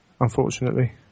unfortunately